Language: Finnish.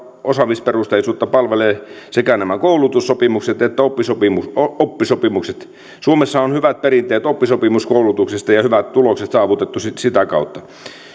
osaamisperusteisuutta palvelevat sekä nämä koulutussopimukset että oppisopimukset suomessa on hyvät perinteet oppisopimuskoulutuksesta ja hyvät tulokset saavutettu sitä kautta